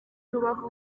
rubavu